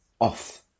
off